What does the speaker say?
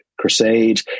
crusade